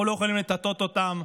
אנחנו לא יכולים לטאטא אותם.